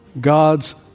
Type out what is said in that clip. God's